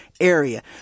area